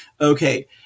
Okay